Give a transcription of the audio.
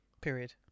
period